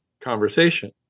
conversation